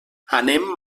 anem